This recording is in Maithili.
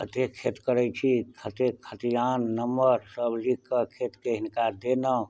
कते खेत करै छी कते खतियान नम्बर सब लिख कऽ खेतके हिनका देलहुॅं